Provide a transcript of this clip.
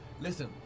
Listen